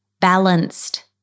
balanced